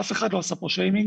אף אחד לא עשה פה שיימינג.